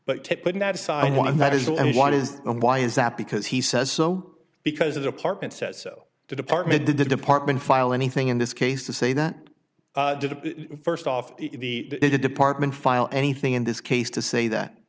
is why is that because he says so because of the apartment set so the department the department file anything in this case to say that did it first off the department file anything in this case to say that